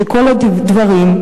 שכל הדברים,